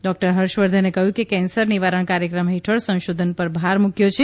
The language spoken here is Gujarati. ડાક્ટર ફર્ષવર્ધને કહ્યું કે કેન્સર નિવારણ કાર્યક્રમ હેઠળ સંશોધન પર ભાર મૂકવો છે